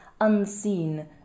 unseen